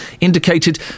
indicated